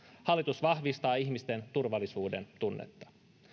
hallitus vahvistaa ihmisten turvallisuudentunnetta